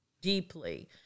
deeply